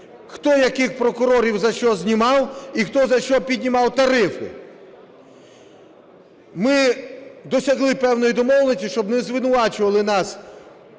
хто яких прокурорів за що знімав і хто за що піднімав тарифи. Ми досягли певної домовленості, щоб не звинувачували нас